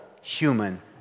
human